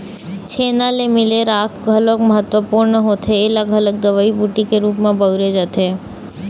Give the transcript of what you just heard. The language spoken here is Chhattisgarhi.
छेना ले मिले राख घलोक महत्वपूर्न होथे ऐला घलोक दवई बूटी के रुप म बउरे जाथे